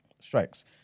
strikes